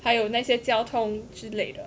还有那些交通之类的